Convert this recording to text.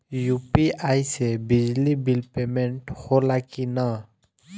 UPI से बिजली bill payment होला कि न?